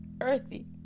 earthy